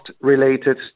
related